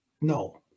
no